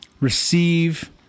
receive